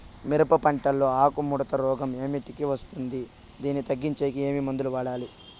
మిరప పంట లో ఆకు ముడత రోగం ఏమిటికి వస్తుంది, దీన్ని తగ్గించేకి ఏమి మందులు వాడాలి?